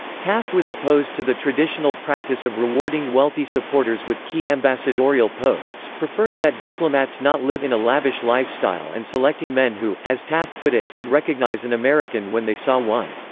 taft was opposed to the traditional practice of rewarding wealthy supporters with key ambassadorial posts, preferring that diplomats not live in a lavish lifestyle and selecting men who, as taft put it, would recognize an american when they saw one.